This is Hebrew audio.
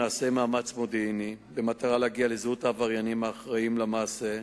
נעשה מאמץ מודיעיני במטרה להגיע לזהות העבריינים האחראים למעשה.